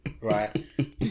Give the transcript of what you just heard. right